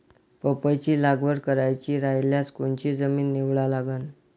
पपईची लागवड करायची रायल्यास कोनची जमीन निवडा लागन?